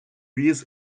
віз